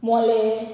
मोलें